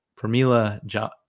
Pramila